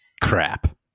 Crap